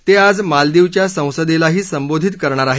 ते आज मालदिवच्या संसदेलाही संबोधित करणार आहेत